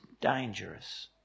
dangerous